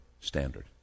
standard